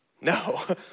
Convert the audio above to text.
No